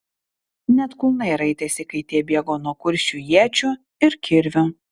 net kulnai raitėsi kai tie bėgo nuo kuršių iečių ir kirvių